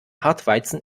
hartweizen